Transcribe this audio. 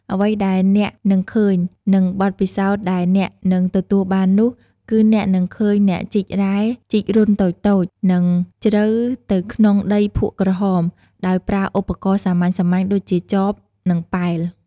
អ្វីដែលអ្នកនឹងឃើញ និងបទពិសោធន៍ដែលអ្នកនឹងទទួលបាននោះ គឺអ្នកនឹងឃើញអ្នកជីករ៉ែជីករន្ធតូចៗ និងជ្រៅទៅក្នុងដីភក់ក្រហម ដោយប្រើឧបករណ៍សាមញ្ញៗដូចជាចប និងប៉ែល។